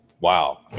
Wow